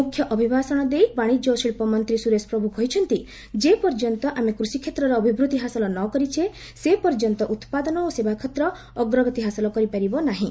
ମୁଖ୍ୟ ଅଭିଭାଷଣ ଦେଇ ବାଣିଜ୍ୟ ଓ ଶିଳ୍ପମନ୍ତ୍ରୀ ସୁରେଶପ୍ରଭୁ କହିଛନ୍ତି ଯେପର୍ଯ୍ୟନ୍ତ ଆମେ କୃଷିକ୍ଷେତ୍ରରେ ଅଭିବୃଦ୍ଧି ହାସଲ ନ କରିଛେ ସେପର୍ଯ୍ୟନ୍ତ ଉତ୍ପାଦନ ଓ ସେବାକ୍ଷେତ୍ର ଅଗ୍ରଗତି ହାସଲ କରିପାରିବ ନାହିଁ